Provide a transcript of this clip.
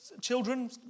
children